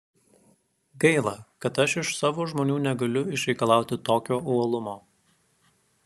gaila kad aš iš savo žmonių negaliu išreikalauti tokio uolumo